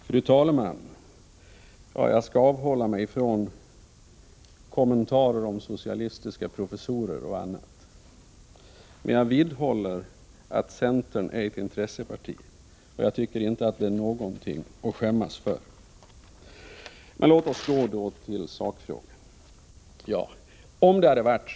Fru talman! Jag skall avhålla mig ifrån kommentarer om socialistiska professorer och annat, men jag vidhåller att centern är ett intresseparti, och jag tycker inte att det är någonting att skämmas för. Men låt oss gå till sakfrågorna.